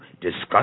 discuss